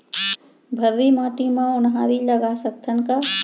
भर्री माटी म उनहारी लगा सकथन का?